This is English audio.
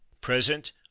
Present